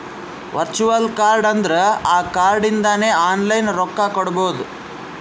virtual card ಅಂದುರ್ ಆ card ಇಂದಾನೆ ಆನ್ಲೈನ್ ರೊಕ್ಕಾ ಕೊಡ್ಬೋದು